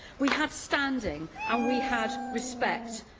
we had standing and we had respect.